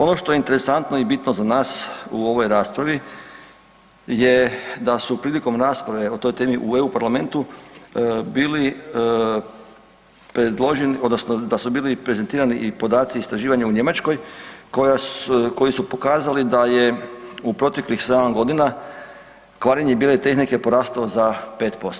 Ono što je interesantno i bitno za nas u ovoj raspravi je da su prilikom rasprave o toj temi u EU parlamentu bili predloženi odnosno da su bili prezentirani i podaci istraživanja u Njemačkoj koji su pokazali da je u proteklih 7 godina kvarenje bijele tehnike poraslo za 5%